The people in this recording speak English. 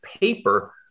paper